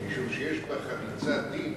משום שיש בה חריצת דין